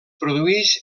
produïx